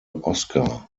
oscar